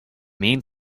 mean